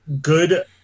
good